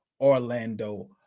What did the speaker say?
Orlando